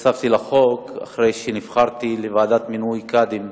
נחשפתי לחוק אחרי שנבחרתי לוועדה למינוי קאדים,